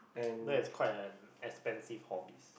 that is quite an expensive hobbies